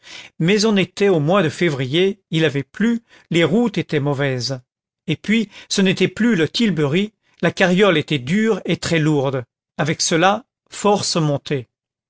mais on était au mois de février il avait plu les routes étaient mauvaises et puis ce n'était plus le tilbury la carriole était dure et très lourde avec cela force montées